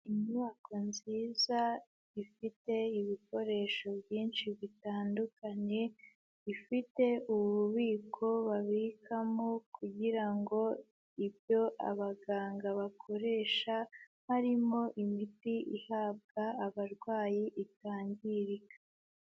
Inyubako nziza ifite ibikoresho byinshi bitandukanye, ifite ububiko babikamo kugira ngo ibyo abaganga bakoresha harimo imiti ihabwa abarwayi itangirika.